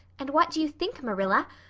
and what do you think, marilla?